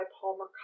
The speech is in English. Palmer